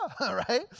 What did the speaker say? right